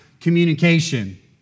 communication